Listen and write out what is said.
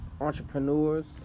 entrepreneurs